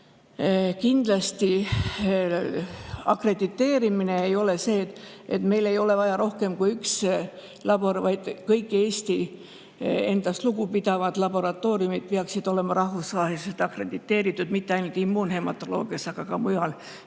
Ja kindlasti akrediteerimine ei [tähenda seda], et meil ei ole vaja rohkem kui üht laborit, vaid kõik Eesti endast lugupidavad laboratooriumid peaksid olema rahvusvaheliselt akrediteeritud, mitte ainult immuunhematoloogias, aga ka mujal.